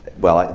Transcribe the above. well,